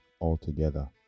altogether